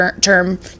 term